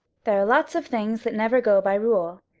there are lots of things that never go by rule,